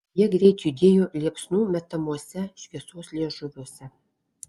jie greit judėjo liepsnų metamuose šviesos liežuviuose